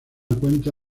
cuenta